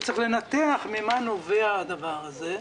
ממה נובע הדבר הזה.